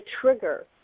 trigger